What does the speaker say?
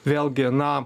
vėlgi na